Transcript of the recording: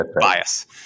bias